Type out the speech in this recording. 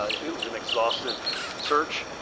ah it was an exhaustive search,